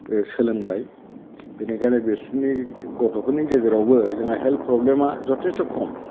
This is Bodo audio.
सोलोंबाय बेनिखायनो बिसोरनि गथ'फोरनि गेजेरावबो जोंहा हेल्थ प्र'ब्लेमा जथेस्थ' खम